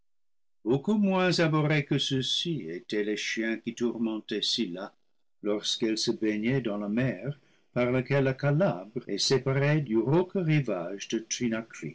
moins abhorrés que ceux-ci étaient les chiens qui tourmentaient scylla lorsqu'elle se baignait dans la mer par laquelle la calabre est séparée du rauque rivage de